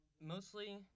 mostly